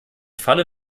falle